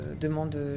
demande